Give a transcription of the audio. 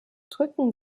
drücken